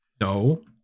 No